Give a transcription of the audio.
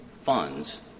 funds